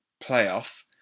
playoff